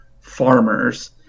farmers